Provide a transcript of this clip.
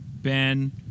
Ben